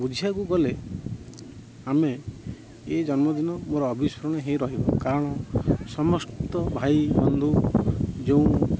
ବୁଝିବାକୁ ଗଲେ ଆମେ ଏଇ ଜନ୍ମଦିନ ମୋର ଅବିସ୍ମରଣୀୟ ହେଇ ରହିବ କାରଣ ସମସ୍ତ ଭାଇ ବନ୍ଧୁ ଯେଉଁ